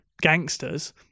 gangsters